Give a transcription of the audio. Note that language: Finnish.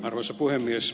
arvoisa puhemies